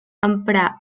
emprà